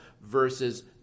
versus